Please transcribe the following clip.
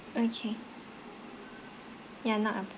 okay yeah not a